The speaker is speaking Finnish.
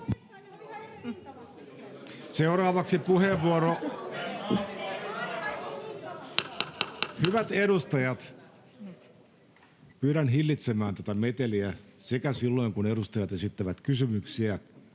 Kiitoksia. — Hyvät edustajat! Pyydän hillitsemään tätä meteliä sekä silloin kun edustajat esittävät kysymyksiä